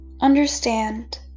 Understand